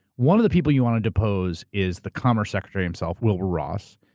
one of the people you wanna depose is the commerce secretary himself, wilbur ross,